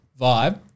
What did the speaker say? vibe